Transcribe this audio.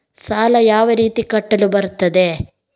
ಸಾಲ ಯಾವ ರೀತಿ ಕಟ್ಟಲು ಬರುತ್ತದೆ?